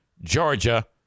Georgia